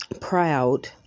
proud